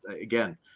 again